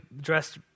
dressed